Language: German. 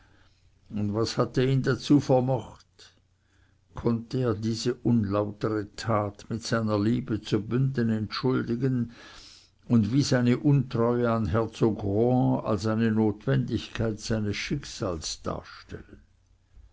und was hatte ihn dazu vermocht konnte er diese unlautere tat mit seiner liebe zu bünden entschuldigen und wie seine untreue an herzog rohan als eine notwendigkeit seines schicksals darstellen